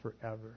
forever